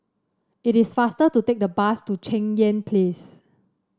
it is faster to take the bus to Cheng Yan Place